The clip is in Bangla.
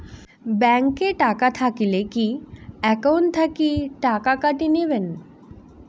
ব্যাংক এ টাকা থাকিলে কি একাউন্ট থাকি টাকা কাটি নিবেন?